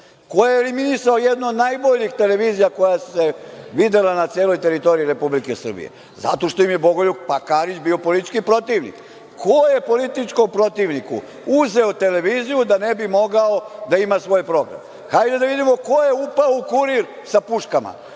Ko je eliminisao jednu od najboljih televizija koja se videla na celoj teritoriji Republike Srbije? Zato što im je Bogoljub Karić bio politički protivnik. Ko je političkom protivniku uzeo televiziju da ne bi mogao da ima svoj program? Hajde da vidimo ko je upao u „Kurir“ sa puškama? Da